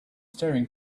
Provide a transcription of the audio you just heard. staring